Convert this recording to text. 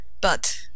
But